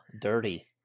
dirty